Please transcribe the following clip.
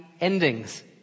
endings